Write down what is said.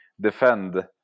defend